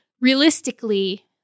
realistically